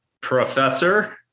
Professor